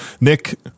Nick